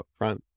upfront